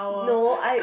no I